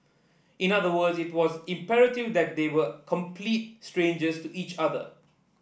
in other words it was imperative that they were complete strangers to each other